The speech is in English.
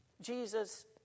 Jesus